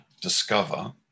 discover